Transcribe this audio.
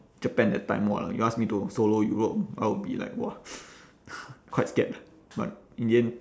japan that time !wah! you ask me to solo europe I will be like !wah! quite scared but in the end